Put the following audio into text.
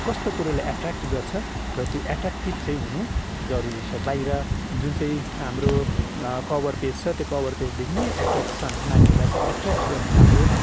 कस्तो कुरोले एट्र्याक्ट गर्छ र त्यो एट्र्याक्टिभ चाहिँ हुनु जरूरी छ बाहिर जुन चाहिँ हाम्रो कभर पेज छ त्यो कभर पेजदेखि नै एट्र्यासन नानीहरूलाई चाहिँ एट्र्याक्ट गर्ने खाल्को